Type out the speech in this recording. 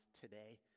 today